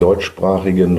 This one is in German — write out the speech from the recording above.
deutschsprachigen